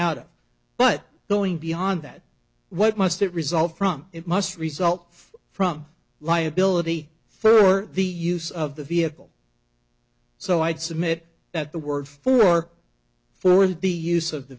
of but going beyond that what must that result from it must result from liability for the use of the vehicle so i'd submit that the word for or for the use of the